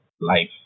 life